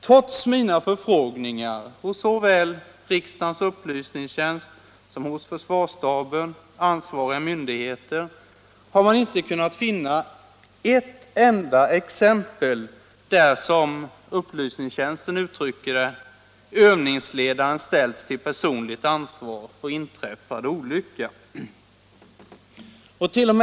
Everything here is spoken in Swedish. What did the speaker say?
Vid mina förfrågningar hos såväl riksdagens upplysningstjänst som försvarsstaben och ansvariga — Nr 52 myndigheter har man inte kunnat finna ett enda exempel på att, som Tisdagen den upplysningstjänsten uttrycker det, ”övningsledaren ställts till personligt 11 januari 1977 ansvar för inträffad olycka”.